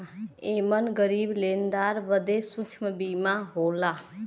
एमन गरीब लेनदार बदे सूक्ष्म बीमा होला